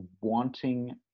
wanting